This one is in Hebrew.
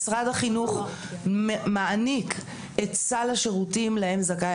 משרד החינוך מעניק את סל השירותים להם זכאי